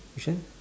which one